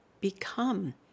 become